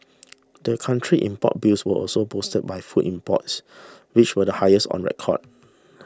the country's import bills was also boosted by food imports which were the highest on record